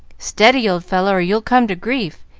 steady, old fellow, or you'll come to grief.